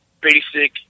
basic